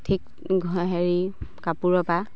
ঠিক হেৰি কাপোৰৰ পা